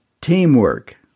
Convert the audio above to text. teamwork